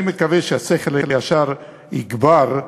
אני מקווה שהשכל הישר יגבר,